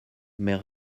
mais